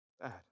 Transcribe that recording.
bad